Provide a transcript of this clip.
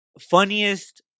funniest